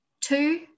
two